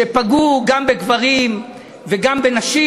שפגעו גם בגברים וגם בנשים,